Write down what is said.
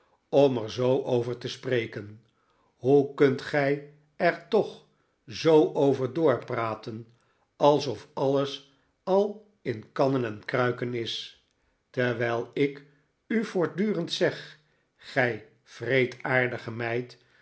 om er zoo over te spreken hoe kunt gij er toch zoo over doorpraten alsof alles al in kannen en kruiken is terwijl ik u voortdurend zeg gij wreedaardige meid